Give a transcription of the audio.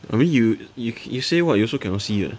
I mean you you you say what you also cannot see leh